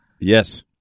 Yes